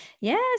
Yes